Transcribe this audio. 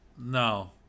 no